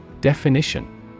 Definition